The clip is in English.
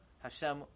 Hashem